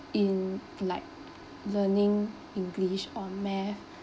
in like learning English or Math